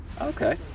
Okay